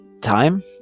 time